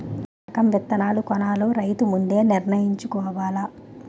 ఏ రకం విత్తనాలు కొనాలో రైతు ముందే నిర్ణయించుకోవాల